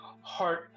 heart